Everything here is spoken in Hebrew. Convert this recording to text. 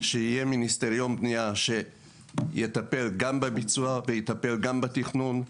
שיהיה מיניסטריון בנייה שיטפל גם בביצוע ויטפל גם בתכנון.